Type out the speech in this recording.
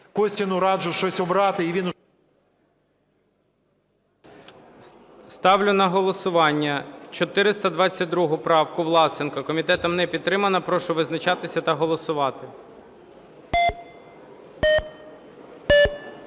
Костіну раджу щось обрати і він... ГОЛОВУЮЧИЙ. Ставлю на голосування 422 правку Власенка. Комітетом не підтримана. Прошу визначатися та голосувати.